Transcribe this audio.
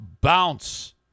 bounce